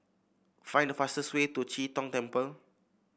find the fastest way to Chee Tong Temple